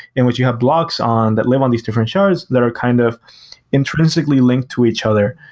and which you have blocks on that live on these different shards that are kind of intrinsically linked to each other.